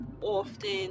often